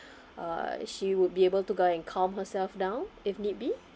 uh she would be able to go and calm herself down if need be